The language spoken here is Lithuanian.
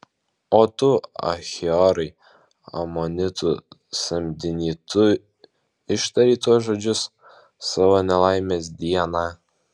o tu achiorai amonitų samdiny tu ištarei tuos žodžius savo nelaimės dieną